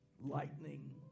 lightning